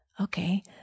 Okay